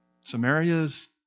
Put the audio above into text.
Samaria's